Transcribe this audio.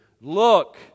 Look